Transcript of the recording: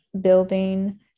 building